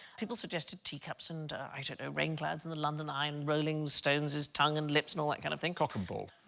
people suggested tea cups and i don't know rain clouds, and the london eye, um rolling stones, his tongue and lips. that like kind of thing cock and balls.